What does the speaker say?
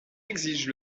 exigent